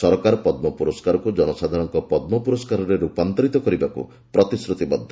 ସରକାର ପଦ୍ମ ପୁରସ୍କାରକୁ ଜନସାଧାରଣଙ୍କ ପଦ୍ମ ପୁରସ୍କାରରେ ରୂପାନ୍ତରିତ କରିବାକୁ ପ୍ରତିଶ୍ରତିବଦ୍ଧ